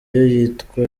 yitwa